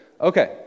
okay